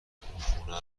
خونه